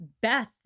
Beth